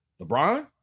LeBron